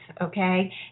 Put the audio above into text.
okay